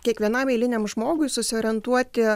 kiekvienam eiliniam žmogui susiorientuoti